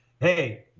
hey